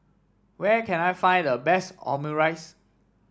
where can I find the best Omurice